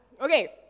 Okay